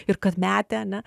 ir kad metė ane